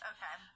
Okay